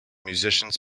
musicians